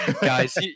Guys